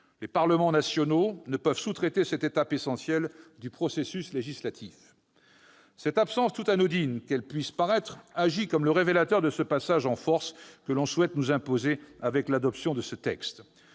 Les parlements nationaux ne peuvent sous-traiter cette étape essentielle du processus législatif. L'absence d'étude d'impact, tout anodine qu'elle puisse paraître, agit comme le révélateur de ce passage en force que l'on souhaite nous imposer avec l'adoption de ce texte.